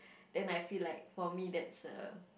then I feel like for me that's a